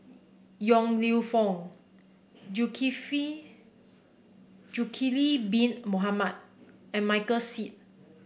Yong Lew Foong Bin Mohamed and Michael Seet